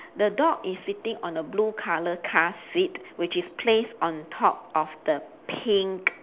the dog is sitting on a blue colour car seat which is placed on top of the pink